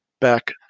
back